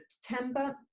September